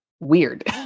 Weird